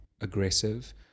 aggressive